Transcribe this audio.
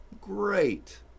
Great